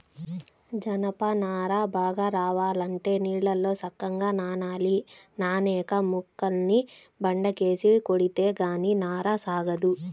జనప నార బాగా రావాలంటే నీళ్ళల్లో సక్కంగా నానాలి, నానేక మొక్కల్ని బండకేసి కొడితే గానీ నార సాగదు